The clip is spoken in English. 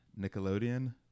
Nickelodeon